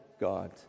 God